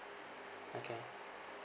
okay